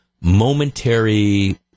momentary